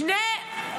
-- שני,